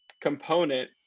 component